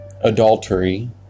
adultery